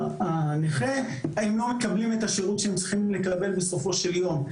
נכה לא מקבל את השירות שהוא צריך לקבל בסופו של יום.